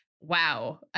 wow